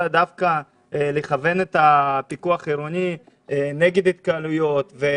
הם צריכים דווקא לכוון את הפיקוח העירוני נגד התקהלויות.